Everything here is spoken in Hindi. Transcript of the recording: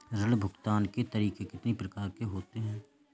ऋण भुगतान के तरीके कितनी प्रकार के होते हैं?